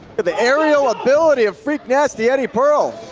the aerial ability of freak nasty eddie pearl.